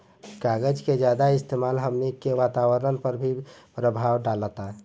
कागज के ज्यादा इस्तेमाल हमनी के वातावरण पर भी प्रभाव डालता